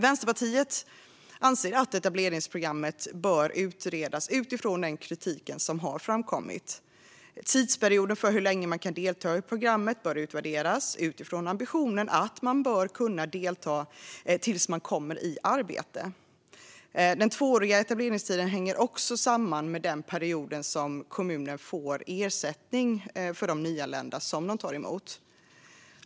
Vänsterpartiet anser att etableringsprogrammet bör utredas utifrån den kritik som har framkommit. Tidsperioden för hur länge man kan delta i programmet bör utvärderas utifrån ambitionen att man bör kunna delta tills man kommer i arbete. Den tvååriga etableringstiden hänger också samman med den period som kommunen får ersättning för de nyanlända som man tar emot.